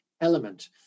element